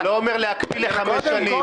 זה לא אומר להקפיא לחמש שנים.